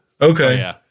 Okay